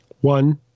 One